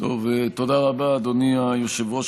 תודה רבה, אדוני היושב-ראש.